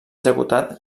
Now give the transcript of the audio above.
executat